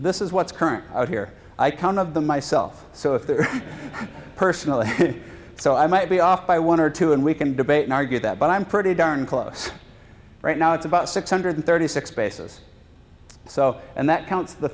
this is what's current out here i kind of them myself so if they're personally so i might be off by one or two and we can debate and argue that but i'm pretty darn close right now it's about six hundred thirty six basis so and that counts the